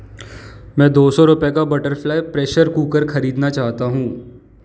मैं दो सौ रुपए का बटरफ्लाई प्रेशर कुकर खरीदना चाहता हूँ